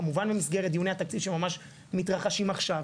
כמובן במסגרת דיוני התקציב שממש מתרחשים עכשיו,